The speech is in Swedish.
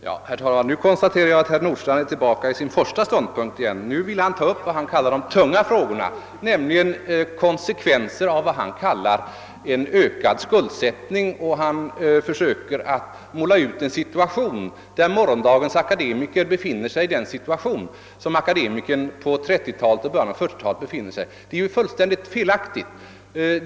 s Herr talman! Nu konstaterar jag att herr Nordstrandh kom tillbaka till sin första ståndpunkt — i frågan till mig — och vill ta upp vad han kallar de tunga frågorna, nämligen konsekvenserna av en ökad skuldsättning. Herr Nordstrandh målade upp en situation, där morgondagens akademiker befinner sig i samma läge som akademikern på slutet av 1930 och i början på 1940-talet. Det är helt felaktigt.